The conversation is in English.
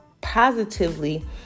positively